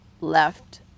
left